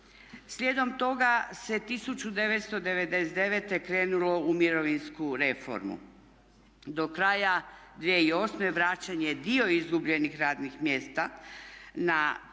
Slijedom toga se 1999. krenulo u mirovinsku reformu. Do kraja 2008. vraćen je dio izgubljenih radnih mjesta na